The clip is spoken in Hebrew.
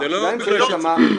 גם אם צריך השלמה,